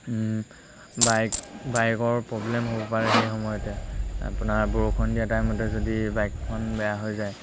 bike বাইকৰ problem হ'ব পাৰে সেই সময়তে আপোনাৰ বৰষুণ দিয়া টাইমতে যদি বাইকখন বেয়া হৈ যায়